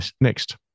next